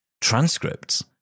transcripts